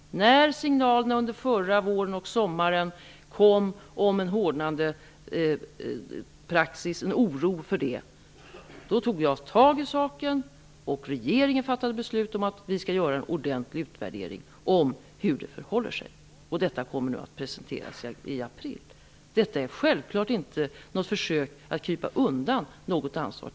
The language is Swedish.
När det under den förra våren och sommaren kom signaler om en oro för en hårdnande praxis tog jag tag i saken, och regeringen fattade beslut om att göra en ordentlig utvärdering av hur det förhöll sig, och denna kommer nu att presenteras i april. Detta är självfallet inte något försök att krypa undan från något ansvar.